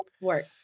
work